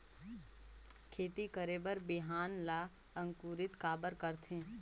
खेती करे बर बिहान ला अंकुरित काबर करथे?